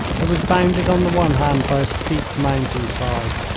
it was bounded on the one hand by a steep mountain side.